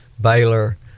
Baylor